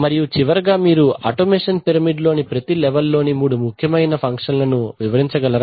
మరియు చివరగా మీరు ఆటోమేషన్ పిరమిడ్ లోని ప్రతీ లెవల్ లోని ముఖ్యమైన మూడు ఫంక్షన్ లను వివరించగలరా